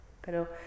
Pero